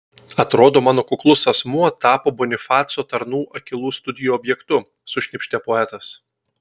atrodo mano kuklus asmuo tapo bonifaco tarnų akylų studijų objektu sušnypštė poetas